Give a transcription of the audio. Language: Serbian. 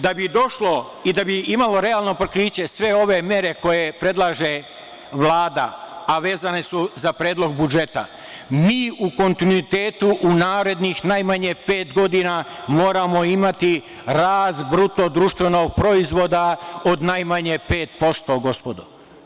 Da bi došlo i da bi imalo realno pokriće sve ove mere koje predlaže Vlada, a vezane su za Predlog budžeta, mi u kontinuitetu u narednih najmanje pet godina moramo imati rast BDP od najmanje 5%, gospodo.